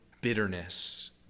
bitterness